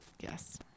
Yes